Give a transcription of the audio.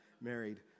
married